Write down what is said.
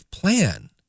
plan